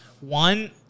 one